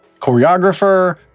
choreographer